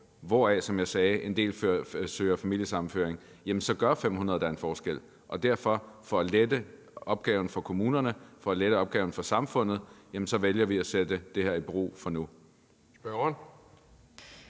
hvoraf, som jeg sagde, en del søger om familiesammenføring, jamen så gør 500 da en forskel. For at lette opgaven for kommunerne og for at lette opgaven for samfundet vælger vi at sætte det her i bero for nu.